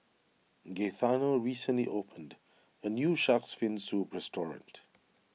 Gaetano recently opened a new Shark's Fin Soup restaurant